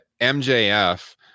MJF